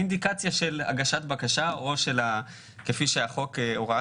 היא אינדיקציה של הגשת בקשה או כפי שהוראת